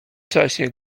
czasie